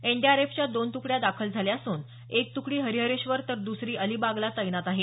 एनडीआरएफच्या दोन तुकड्या दाखल झाल्या असून एक तुकडी हरिहरेश्वर तर दुसरी अलिबागला तैनात आहे